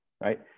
right